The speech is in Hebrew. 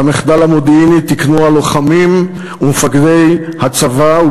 את המחדל המודיעיני תיקנו הלוחמים ומפקדי הצבא,